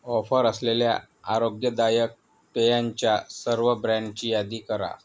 offer असलेल्या आरोग्यदायक पेयांच्या सर्व ब्रँडची यादी करा